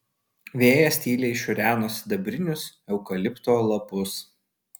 vėjas tyliai šiureno sidabrinius eukalipto lapus